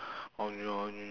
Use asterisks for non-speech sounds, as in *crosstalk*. *noise*